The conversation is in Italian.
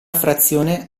frazione